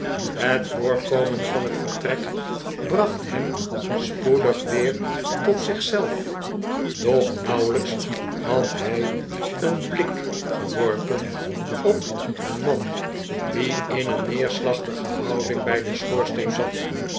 het voorkomen van het vertrek bracht hem spoedig weer tot zich zelf doch nauwelijks had hij een blik geworpen op een man die in een neerslachtige houding bij den schoorsteen zat